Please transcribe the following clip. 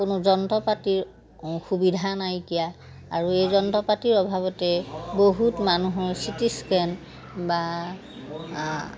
কোনো যন্ত্ৰ পাতিৰ সুবিধা নাইকিয়া আৰু এই যন্ত্ৰ পাতিৰ অভাৱতে বহুত মানুহৰ চিটি স্কেন বা